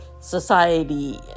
society